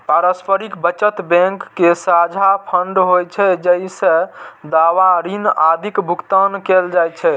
पारस्परिक बचत बैंक के साझा फंड होइ छै, जइसे दावा, ऋण आदिक भुगतान कैल जाइ छै